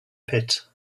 pit